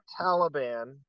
Taliban